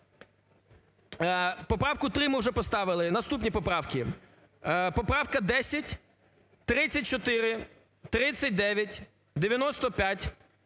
Поправку 3 ми вже поставили. Наступні поправки: поправка 10, 34, 39, 95,